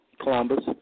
Columbus